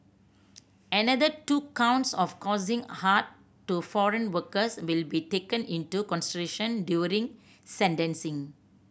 another two counts of causing hurt to foreign workers will be taken into consideration during sentencing